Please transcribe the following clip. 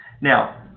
Now